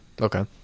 Okay